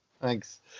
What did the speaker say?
Thanks